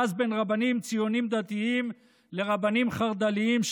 ואז בין רבנים ציונים דתיים לרבנים חרד"לים,